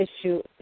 issue